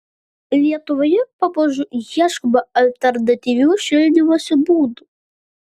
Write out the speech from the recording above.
lietuvoje pamažu ieškoma alternatyvių šildymosi būdų